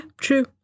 true